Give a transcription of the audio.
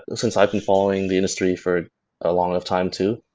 ah since i've been following the industry for a long of time too,